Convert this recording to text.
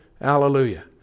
Hallelujah